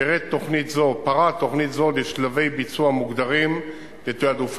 פרט תוכנית זו לשלבי ביצוע מוגדרים ותעדופם